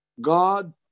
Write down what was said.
god